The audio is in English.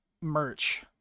merch